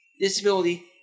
disability